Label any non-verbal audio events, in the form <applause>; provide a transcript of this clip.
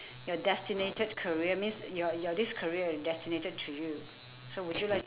<breath> your destinated career means your your this career destinated to you so would you like